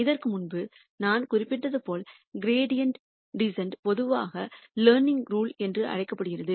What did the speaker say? இதற்கு முன்பு நான் குறிப்பிட்டது போல கிரேடியன் டிசன்ட் பொதுவாக லேர்னிங்ரூல் என்று அழைக்கப்படுகிறது